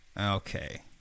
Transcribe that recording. Okay